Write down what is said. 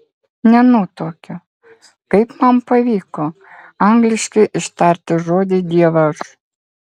nenutuokiu kaip man pavyko angliškai ištarti žodį dievaž